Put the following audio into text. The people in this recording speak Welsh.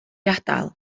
adael